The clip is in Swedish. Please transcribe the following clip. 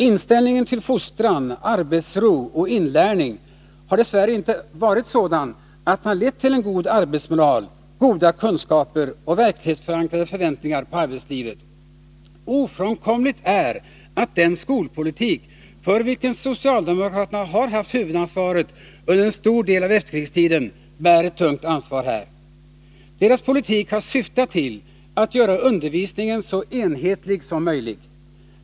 Inställningen till fostran, arbetsro och inlärning har dess värre inte varit sådan att den har lett till en god arbetsmoral, goda kunskaper och verklighetsförankrade förväntningar på arbetslivet. Ofrånkomligt är att den skolpolitik för vilken socialdemokraterna har haft huvudansvaret under en stor del av efterkrigstiden, bär ett tungt ansvar här. Deras politik har syftat till att göra undervisningen så enhetlig som möjligt.